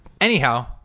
Anyhow